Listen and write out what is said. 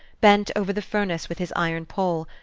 bent over the furnace with his iron pole,